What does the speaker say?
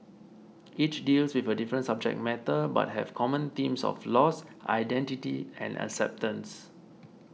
each deals with a different subject matter but have common themes of loss identity and acceptance